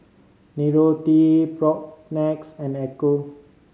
Nicorette Propnex and Ecco